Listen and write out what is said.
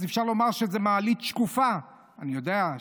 אז אפשר לומר שזו מעלית שקופה, אני יודע?